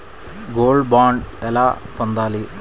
Gold bond ఎలా పొందాలి?